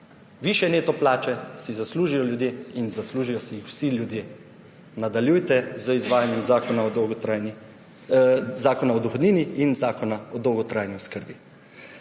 Višje neto plače si zaslužijo ljudje in zaslužijo si jih vsi ljudje. Nadaljujte z izvajanjem Zakona o dohodnini in Zakona o dolgotrajni oskrbi.